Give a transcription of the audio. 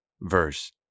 verse